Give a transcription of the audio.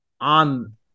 on